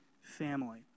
family